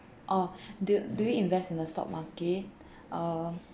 oh do do you invest in the stock market uh